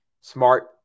smart